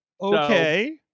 Okay